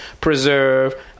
preserve